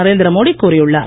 நரேந்திர மோடி கூறியுள்ளார்